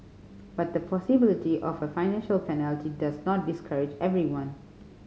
but the possibility of a financial penalty does not discourage everyone